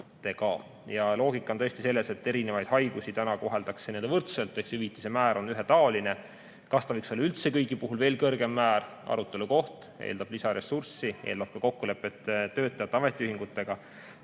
Loogika on selles, et erinevaid haigusi koheldakse täna võrdselt ehk hüvitise määr on ühetaoline. Kas see võiks olla üldse kõigi puhul veel kõrgem määr, see on arutelu koht, eeldab lisaressurssi, eeldab ka kokkulepet töötajate ametiühingutega.